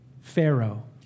Pharaoh